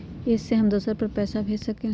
इ सेऐ हम दुसर पर पैसा भेज सकील?